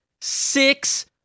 six